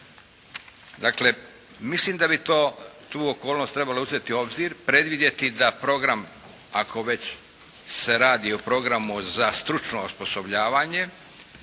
Dakle, mislim da bi to, tu okolnost trebalo uzeti u obzir, predvidjeti da program ako već se radi o programu za stručno osposobljavanje